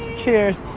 cheers.